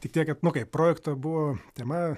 tik tiek kad nu kaip projekto buvo tema